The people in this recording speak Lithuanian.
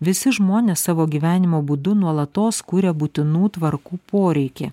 visi žmonės savo gyvenimo būdu nuolatos kuria būtinų tvarkų poreikį